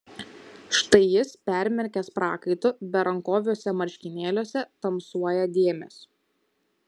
štai jis permirkęs prakaitu berankoviuose marškinėliuose tamsuoja dėmės